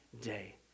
day